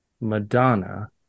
Madonna